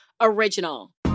original